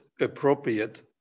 appropriate